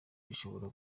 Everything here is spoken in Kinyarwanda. rishobora